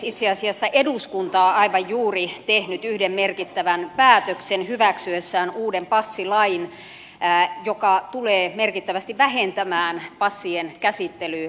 itse asiassa eduskunta on aivan juuri tehnyt yhden merkittävän päätöksen hyväksyessään uuden passilain joka tulee merkittävästi vähentämään passien käsittelytarvetta